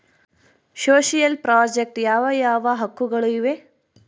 Social project ಯಾವ ಯಾವ ಹಕ್ಕುಗಳು ಇವೆ?